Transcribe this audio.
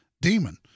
Demon